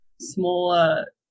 smaller